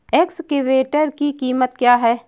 Excavator की कीमत क्या है?